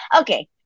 okay